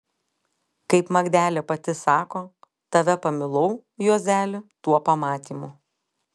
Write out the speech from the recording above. kaip magdelė pati sako tave pamilau juozeli tuo pamatymu